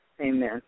Amen